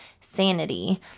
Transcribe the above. sanity